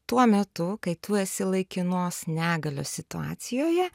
tuo metu kai tu esi laikinos negalios situacijoje